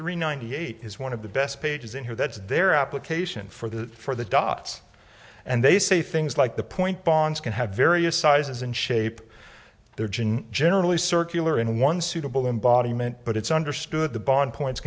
three ninety eight is one of the best pages in here that's their application for the for the dots and they say things like the point bonds can have various sizes and shape their gin generally circular in one suitable embodiment but it's understood the bond points